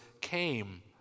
came